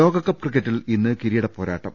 ലോകകപ്പ് ക്രിക്കറ്റിൽ ഇന്ന് കിരീട പോരാട്ടം